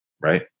right